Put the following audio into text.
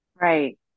Right